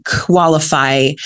qualify